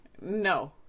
no